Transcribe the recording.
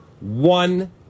One